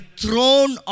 throne